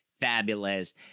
fabulous